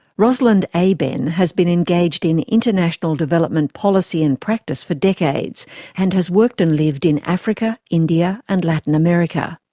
rosalind eyben has been engaged in international development policy and practice for decades and has worked and lived in africa, india and latin america.